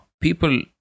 people